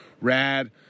rad